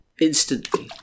Instantly